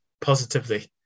positively